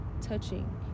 touching